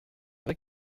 vrai